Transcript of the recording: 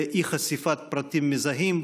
ירושלים,